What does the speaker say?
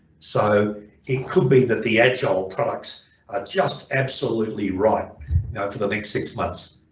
so it could be that the agile products are just absolutely right for the next six months.